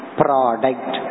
product